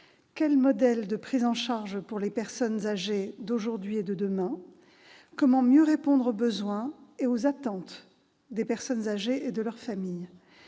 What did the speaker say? faut-il mettre en place pour les personnes âgées d'aujourd'hui et de demain ? Comment mieux répondre aux besoins et aux attentes des personnes âgées et de leurs familles ?